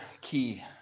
key